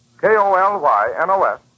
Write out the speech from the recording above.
K-O-L-Y-N-O-S